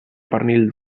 pernil